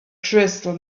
crystal